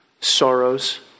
sorrows